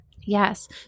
Yes